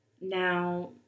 Now